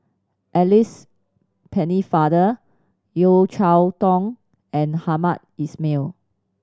Alice Pennefather Yeo Cheow Tong and Hamed Ismail